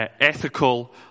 ethical